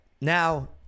Now